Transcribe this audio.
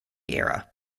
era